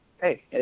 Hey